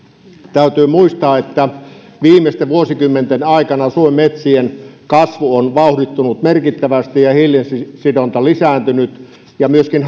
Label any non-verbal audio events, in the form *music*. täytyy muistaa että viimeisten vuosikymmenten aikana suomen metsien kasvu on vauhdittunut merkittävästi ja hiilisidonta lisääntynyt ja myöskin *unintelligible*